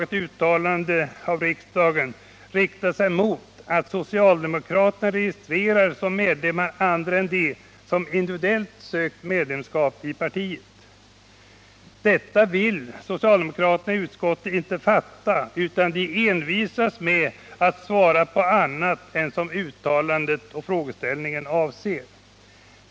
Det uttalande som vi föreslår att riksdagen skall göra riktar sig mot att socialdemokraterna som medlemmar registrerar andra än dem som individuellt sökt medlemskap i partiet. Detta vill socialdemokraterna i utskottet inte fatta, utan de envisas med att svara på annat än vad uttalandet och frågeställningen avser.